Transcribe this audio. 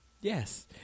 Yes